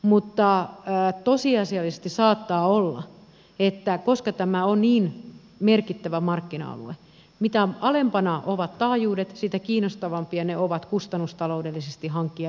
mutta tosiasiallisesti saattaa olla niin että koska tämä on niin merkittävä markkina alue niin mitä alempana ovat taajuudet sitä kiinnostavampia ne ovat kustannustaloudellisesti hankkia itselle